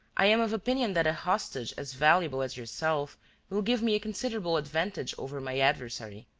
i am of opinion that a hostage as valuable as yourself will give me a considerable advantage over my adversary.